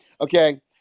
Okay